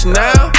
now